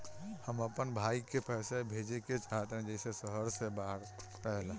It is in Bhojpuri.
हम अपन भाई को पैसा भेजे के चाहतानी जौन शहर से बाहर रहेला